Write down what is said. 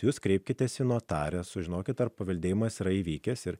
jūs kreipkitės į notarę sužinokit ar paveldėjimas yra įvykęs ir